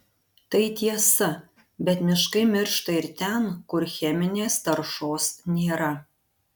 tai tiesa bet miškai miršta ir ten kur cheminės taršos nėra